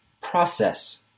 process